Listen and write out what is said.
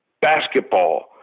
basketball